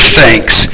thanks